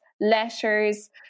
letters